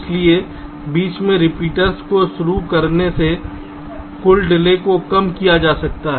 इसलिए बीच में रिपीटर्स को शुरू करने से कुल डिले को कम किया जा सकता है